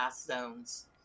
zones